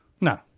No